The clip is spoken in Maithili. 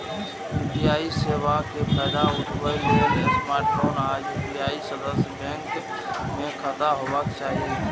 यू.पी.आई सेवा के फायदा उठबै लेल स्मार्टफोन आ यू.पी.आई सदस्य बैंक मे खाता होबाक चाही